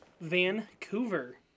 Vancouver